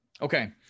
Okay